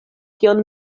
kion